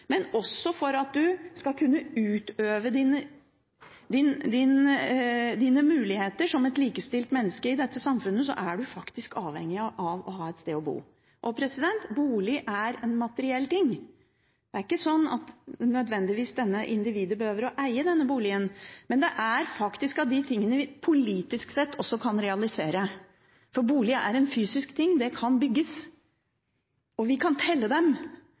men, punkt 2, skal man kunne utøve sine muligheter som et likestilt menneske i dette samfunnet, er man faktisk avhengig av å ha et sted å bo. Bolig er en materiell ting. Det er ikke nødvendigvis sånn at individet behøver å eie denne boligen, men det er faktisk av de tingene vi politisk sett også kan realisere. For boliger er fysiske ting. De kan bygges, og vi kan telle dem.